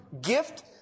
gift